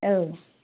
औ